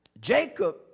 Jacob